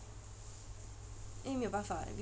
因为没有办法